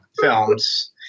films